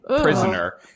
prisoner